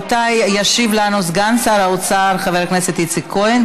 ישיב לנו סגן שר האוצר חבר הכנסת יצחק כהן,